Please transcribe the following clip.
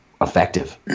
effective